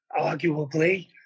arguably